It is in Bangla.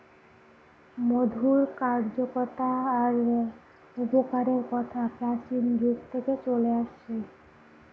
মধুর কার্যকতা আর উপকারের কথা প্রাচীন যুগ থেকে চলে আসছে